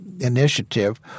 initiative